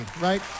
right